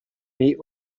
meet